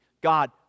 God